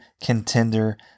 contender